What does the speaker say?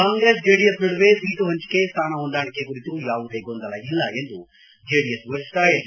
Congress JDS ನಡುವೆ seat ಪಂಚಿಕೆ ಸ್ವಾನ ಹೊಂದಾಣಿಕೆ ಕುರಿತು ಯಾವುದೇ ಗೊಂದಲ ಇಲ್ಲ ಎಂದು ಜೆಡಿಎಸ್ ವರಿಷ್ಠ ಹೆಜ್